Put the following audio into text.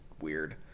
weird